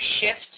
shift